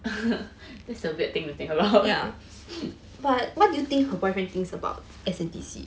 that's a weird thing to think about